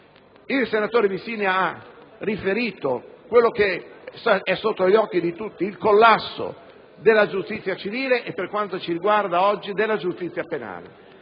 Il senatore Vizzini ha riferito quanto è sotto gli occhi di tutti, vale a dire il collasso della giustizia civile e, per quanto ci riguarda oggi, della giustizia penale.